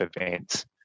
events